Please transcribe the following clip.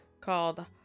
called